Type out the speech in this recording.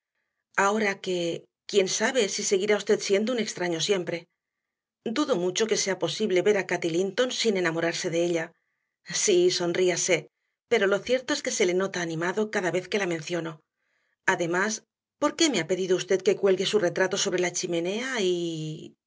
ahora que quién sabe si seguirá usted siendo un extraño siempre dudo mucho que sea posible ver a cati linton sin enamorarse de ella sí sonríase pero lo cierto es que se le nota animado cada vez que la menciono además por qué me ha pedido usted que cuelgue su retrato sobre la chimenea y